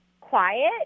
quiet